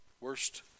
Worst